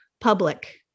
public